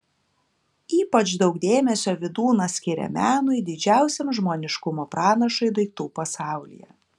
ypač daug dėmesio vydūnas skiria menui didžiausiam žmoniškumo pranašui daiktų pasaulyje